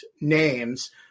names